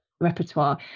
repertoire